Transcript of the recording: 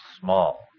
small